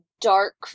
dark